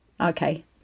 okay